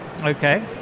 Okay